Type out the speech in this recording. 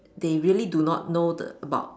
they really do not know the about